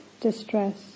distress